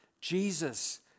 Jesus